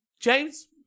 James